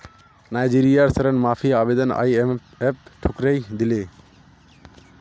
नाइजीरियार ऋण माफी आवेदन आईएमएफ ठुकरइ दिले